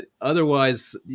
otherwise